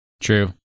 True